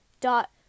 dot